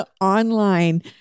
online